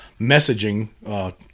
messaging